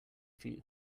few